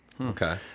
Okay